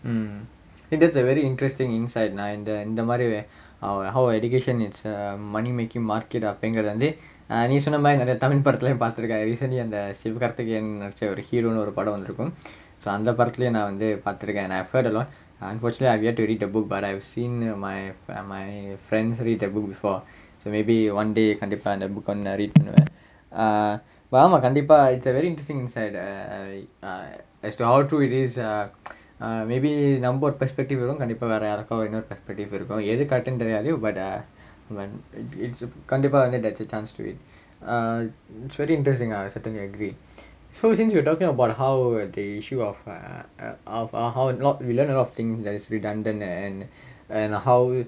mm and that's a very interesting insight நா இந்த இந்த மாறி:naa intha intha maari err how education it's a money making market அப்படிங்குறத வந்து நீங்க சொன்ன மாறி நிறைய:appadinguratha vanthu neenga sonna maari niraiya tamil படத்துலயும் பாத்து இருக்கேன்:padathulayum paathu irukkaen recently அந்த:antha siva karthikeyan நடிச்ச ஒரு:nadicha oru hero னு ஒரு படம் வந்திருக்கும்:nu oru padam vanthirukkum so அந்த படத்துலையே நா வந்து பாத்து இருக்கேன்:antha padathulayae naa vanthu paathu irukkaen and I've heard a lot unfortunately I have yet to read the book but I've seen you know my my friends read that book before so maybe one day கண்டிப்பா இந்த:kandippaa intha book ah வந்து நா:vanthu naa read பண்ணுவேன்:pannuvaen err வாமா கண்டிப்பா:vaamaa kandippaa it's a very interesting inside err err as to how true it is err err maybe நம்ம:namma perspective கண்டிப்பா வேற யாருக்கோ இன்னொரு:kandippaa vera yaarukko innoru perspective இருக்கும் எது:irukkum ethu correct னு தெரியாது:nu theriyaathu but uh கண்டிப்பா வந்து:kandippaa vanthu there's a chance to it err it's truly interesting ah I certainly agreed so since you were talking about how were the issue of err of how long we learn a lot of things that is redundant and and uh how